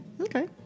okay